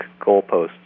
goalposts